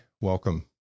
welcome